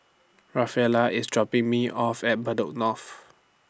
Rafaela IS dropping Me off At Bedok North